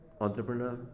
entrepreneur